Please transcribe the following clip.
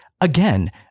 again